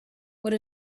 what